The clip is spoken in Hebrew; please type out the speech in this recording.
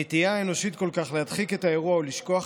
הנטייה האנושית כל כך להדחיק את האירוע ולשכוח